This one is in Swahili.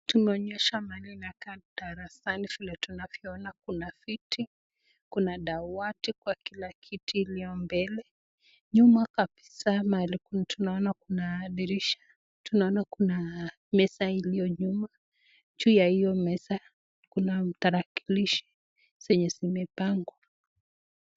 Tumeonyeshwa mahali kunakaa darasani vile tuanvyoona kuna viti, kuna na dawati kwa kila kiti iliyo mbele. Nyumba kabisa kuna dirisha, tunaona kuna meza iliyo nyuma . Juu ya hiyo meza kuna tarakilishi zenye zimepangwa.